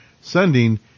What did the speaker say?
sending